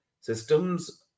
systems